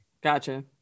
Gotcha